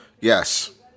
Yes